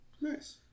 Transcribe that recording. Nice